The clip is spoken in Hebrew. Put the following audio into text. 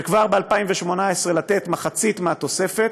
וכבר ב-2018 לתת מחצית מהתוספת,